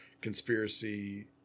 conspiracy